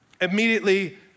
Immediately